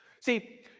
See